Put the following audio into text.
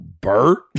Bert